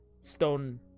stone